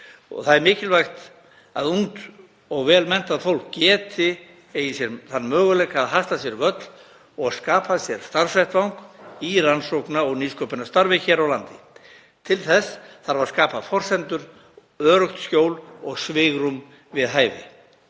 Það er mikilvægt að ungt og vel menntað fólk eigi þann möguleika að hasla sér völl og skapa sér starfsvettvang í rannsókna- og nýsköpunarstarfi hér á landi. Til þess þarf að skapa forsendur, öruggt skjól og svigrúm við hæfi.